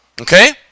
okay